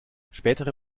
spätere